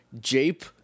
Jape